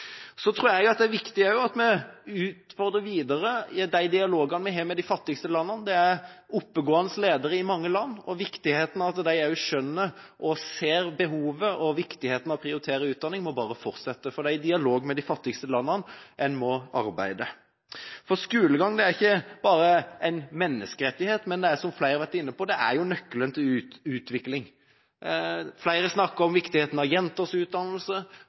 Så tror jeg det er viktig også at vi utfordrer videre de dialogene vi har med de fattigste landene. Det er oppegående ledere i mange land, og det er viktig at de også skjønner og ser behovet for å prioritere utdanning. Det må bare fortsette, for det er i dialog med de fattigste landene en må arbeide. Skolegang er ikke bare en menneskerettighet, men det er, som flere har vært inne på, nøkkelen til utvikling. Flere snakker om viktigheten av jenters utdannelse,